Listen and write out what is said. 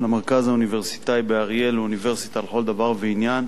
המרכז האוניברסיטאי באריאל לאוניברסיטה לכל דבר ועניין,